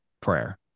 prayer